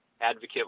advocate